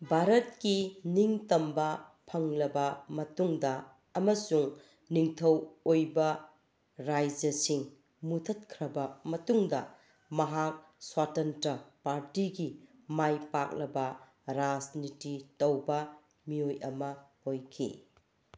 ꯚꯥꯔꯠꯀꯤ ꯅꯤꯡꯇꯝꯕ ꯐꯪꯂꯕ ꯃꯇꯨꯡꯗ ꯑꯃꯁꯨꯡ ꯅꯤꯡꯊꯧ ꯑꯣꯏꯕ ꯔꯥꯖ꯭ꯌꯁꯤꯡ ꯃꯨꯊꯠꯈ꯭ꯔꯕ ꯃꯇꯨꯡꯗ ꯃꯍꯥꯛ ꯁ꯭ꯋꯥꯇꯟꯇ꯭ꯔ ꯄꯥꯔꯇꯤꯒꯤ ꯃꯥꯏ ꯄꯥꯛꯂꯕ ꯔꯥꯖꯅꯤꯇꯤ ꯇꯧꯕ ꯃꯤꯑꯣꯏ ꯑꯃ ꯑꯣꯏꯈꯤ